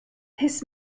his